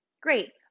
Great